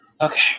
Okay